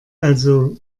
also